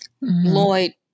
Lloyd